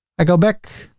i go back.